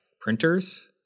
printers